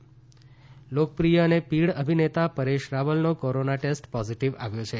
પરેશ રાવલ લોકપ્રિય અને પીઢ અભિનેતા પરે શ રાવલનો કોરોના ટેસ્ટ પોઝીટીવ આવ્યો છે